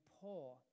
poor